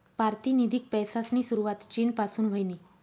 पारतिनिधिक पैसासनी सुरवात चीन पासून व्हयनी